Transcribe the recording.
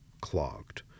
clogged